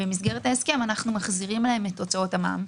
במסגרת ההסכם אנו מחזירים להם את הוצאות המע"מ.